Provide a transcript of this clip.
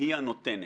היא הנותנת.